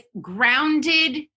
grounded